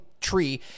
tree